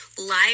live